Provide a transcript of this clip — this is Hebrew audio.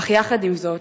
אך יחד עם זאת,